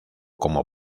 como